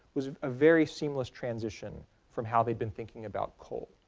was a very seamless transition from how they've been thinking about coal.